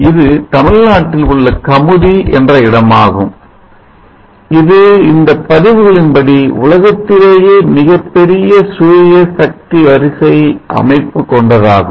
இது தமிழ்நாட்டில் உள்ள கமுதி என்ற இடமாகும் இது இந்த பதிவுகளின் படி உலகத்திலேயே மிகப்பெரிய சூரிய சக்தி வரிசை அமைப்பு கொண்டதாகும்